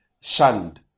shunned